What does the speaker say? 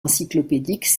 encyclopédique